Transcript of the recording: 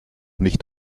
nicht